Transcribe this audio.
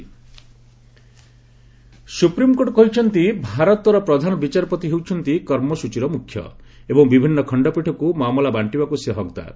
SC roster supreme court କହିଛନ୍ତି ଭାରତର ପ୍ରଧାନ ବିଚାରପତି ହେଉଛନ୍ତି କର୍ମସ୍ଟଚୀର ମୁଖ୍ୟ ଏବଂ ବିଭିନ୍ନ ଖଣ୍ଡପୀଠକୁ ମାମଲା ବାଣ୍ଟିବାକୁ ସେ ହକ୍ଦାର